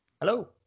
Hello